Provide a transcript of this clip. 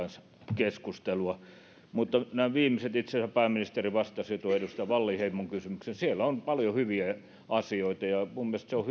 keskustelua nämä viimeiset itse asiassa pääministeri vastasi tuohon edustaja wallinheimon kysymykseen siellä on paljon hyviä asioita ja minun mielestäni on